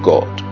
God